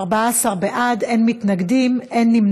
חוק העסקת עובדים על ידי קבלני כוח אדם (תיקון